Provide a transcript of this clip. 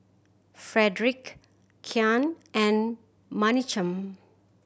Fredric Kian and Menachem